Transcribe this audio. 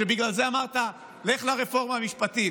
שבגלל זה אמרת: לך לרפורמה המשפטית.